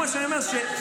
לא בשבת.